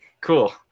cool